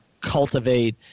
cultivate